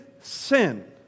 sin